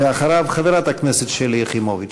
אחריו, חברת הכנסת שלי יחימוביץ.